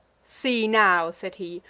see now, said he,